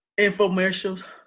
infomercials